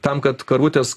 tam kad karvutės